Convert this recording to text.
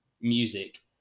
music